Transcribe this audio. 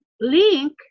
link